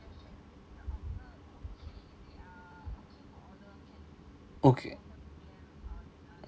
okay